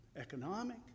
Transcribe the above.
economic